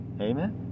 Amen